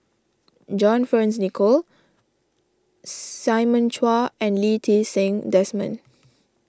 John Fearns Nicoll Simon Chua and Lee Ti Seng Desmond